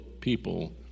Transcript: people